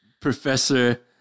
Professor